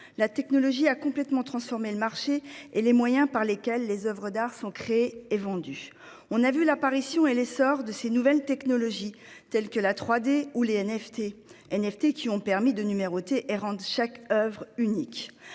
La technologie a complètement transformé le marché et les moyens par lesquels les oeuvres d'art sont créées et vendues. On a vu l'apparition et l'essor de nouvelles technologies telles que la 3D ou les NFT, ces jetons numériques qui ont permis de numéroter et de rendre chaque oeuvre unique.